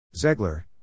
Zegler